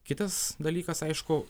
kitas dalykas aišku